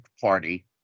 Party